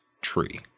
tree